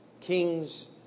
kings